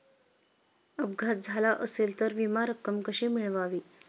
अपघात झाला असेल तर विमा रक्कम कशी मिळवावी?